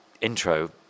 intro